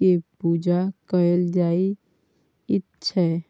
केर पुजा कएल जाइत छै